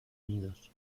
unidos